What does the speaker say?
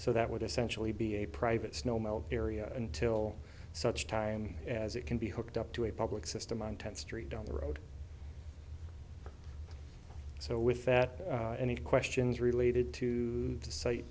so that would essentially be a private snow melt area until such time as it can be hooked up to a public system on tenth street down the road so with that any questions related to the site